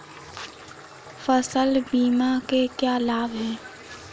फसल बीमा के क्या लाभ हैं?